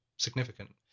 significant